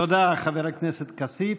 תודה, חבר הכנסת כסיף.